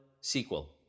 sequel